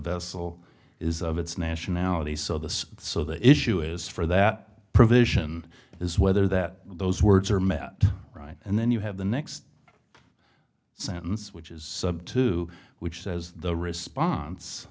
vessel is of its nationality so the so the issue is for that provision is whether that those words are met right and then you have the next sentence which is sub two which says the response